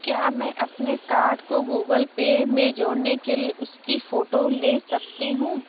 क्या मैं अपने कार्ड को गूगल पे में जोड़ने के लिए उसकी फ़ोटो ले सकती हूँ